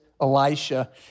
Elisha